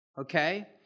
okay